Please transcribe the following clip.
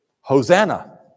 Hosanna